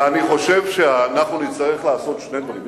ואני חושב שאנחנו נצטרך לעשות שני דברים.